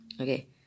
Okay